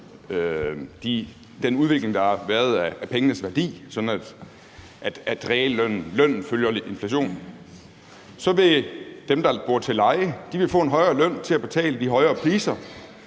den udvikling, der har været i pengenes værdi, og sådan at lønnen følger inflationen. Så vil dem, der bor til leje, få en højere løn til at betale de højere priser,